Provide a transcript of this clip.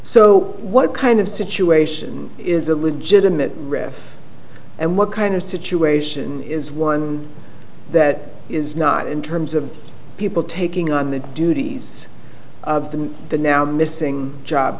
so what kind of situation is a legitimate and what kind of situation is one that is not in terms of people taking on the duties of the the now missing job